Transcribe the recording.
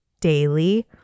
daily